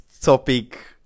topic